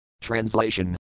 Translation